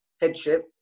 headship